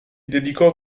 dedicò